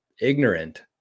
ignorant